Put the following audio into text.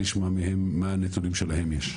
לשמוע מה הנתונים שלהם יש.